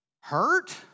Hurt